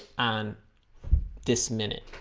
on this minute